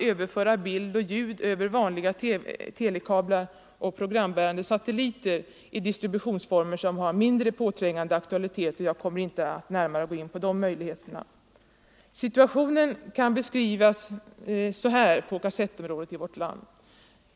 Överföring av bild och ljud över vanliga telekablar och frågor programbärande satelliter är distributionsformer som har mindre påträngande aktualitet, och jag kommer inte att närmare gå in på de möjligheterna. Situationen på kassettområdet i vårt land kan beskrivas så här.